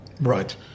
Right